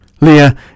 Leah